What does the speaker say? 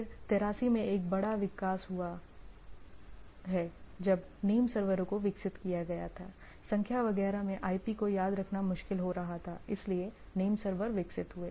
फिर 83 में एक बड़ा विकास हुआ है जब नेम सर्वरों को विकसित किया गया था संख्या वगैरह में IP को याद रखना मुश्किल हो रहा था इसलिए नेम सर्वर विकसित हुए